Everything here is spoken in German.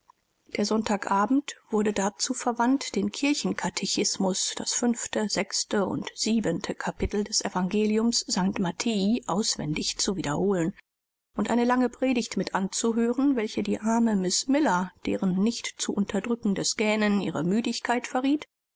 der sonntagabend wurde dazu verwandt den kirchenkatechismus das fünfte sechste und siebente kapitel des evangeliums st matthäi auswendig zu wiederholen und eine lange predigt mit anzuhören welche die arme miß miller deren nicht zu unterdrückendes gähnen ihre müdigkeit verriet